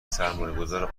سرمایهگذار